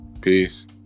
Peace